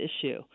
issue